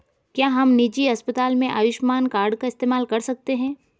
क्या हम निजी अस्पताल में आयुष्मान कार्ड का इस्तेमाल कर सकते हैं?